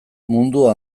mundua